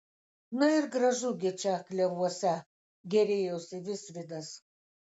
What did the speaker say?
na ir gražu gi čia klevuose gėrėjosi visvydas